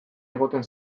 egoten